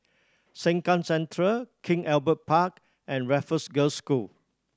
Sengkang Central King Albert Park and Raffles Girls' School